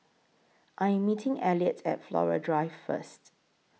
I Am meeting Elliot At Flora Drive First